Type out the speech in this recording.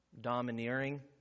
domineering